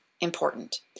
important